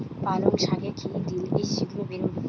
পালং শাকে কি দিলে শিঘ্র বেড়ে উঠবে?